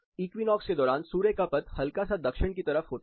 equinox के दौरान सूर्य का पथ हल्का सा दक्षिण की तरफ होता है